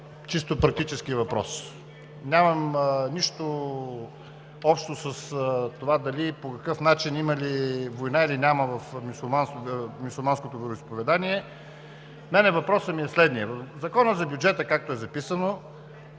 чисто практически въпрос и нямам нищо общо с това дали по какъв начин има война, или няма в мюсюлманското вероизповедание. Въпросът ми е следният: в Закона за бюджета е записано,